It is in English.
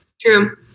true